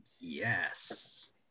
Yes